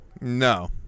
No